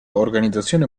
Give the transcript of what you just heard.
organizzazione